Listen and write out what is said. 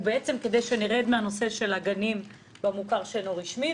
כדי שנרד מהנושא של הגנים במוכר שאינו רשמי,